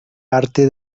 arte